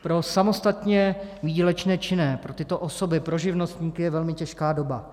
Pro samostatně výdělečné činné, pro tyto osoby, pro živnostníky, je velmi těžká doba.